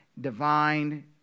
divine